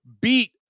beat